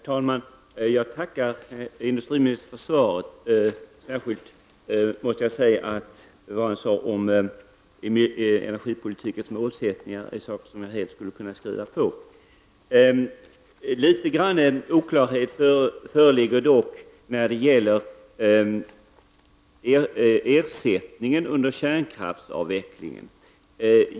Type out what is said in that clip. Herr talman! Jag tackar industriministern för svaret. Särskilt det han sade om energipolitikens mål är saker som jag helt skulle kunna skriva under på. En liten oklarhet föreligger dock när det gäller ersättningen under kärnkraftsavvecklingen.